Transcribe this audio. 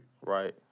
Right